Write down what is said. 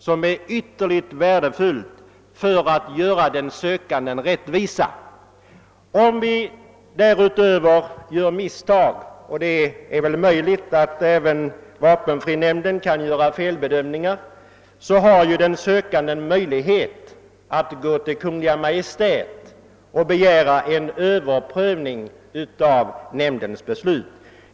Det är ytterligt värdefullt för att den sökande skall vederfaras rättvisa. Om nämnden begår nå got misstag — och det är väl möjligt att även vapenfrinämnden kan göra felbedömningar — har den sökande möj lighet att hos Kungl. Maj:t begära en överprövning av nämndens beslut.